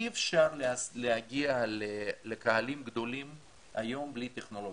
אי אפשר להגיע לקהלים גדולים היום בלי טכנולוגיה,